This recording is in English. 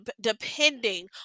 depending